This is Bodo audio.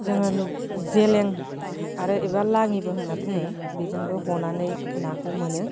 जोङो जेलें आरो एबा लाङिबो होनना बुङो बेजोंबो हनानै नाखौ मोनो